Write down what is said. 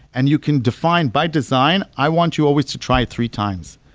and you can define by design, i want you always to try three times.